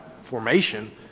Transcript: formation